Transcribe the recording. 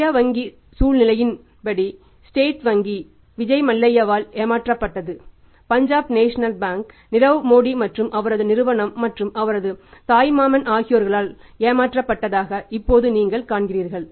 இந்திய வங்கி சூழ்நிலையின் படி ஸ்டேட் வங்கி விஜய் மல்லையாவால் ஏமாற்றப்பட்டது பஞ்சாப் நேஷனல் வங்கி நீரவ் மோடி மற்றும் அவரது நிறுவனம் மற்றும் அவரது தாய்மாமன் ஆகியோரால் ஏமாற்றப்பட்டதாக இப்போது நீங்கள் காண்கிறீர்கள்